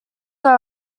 are